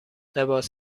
لباس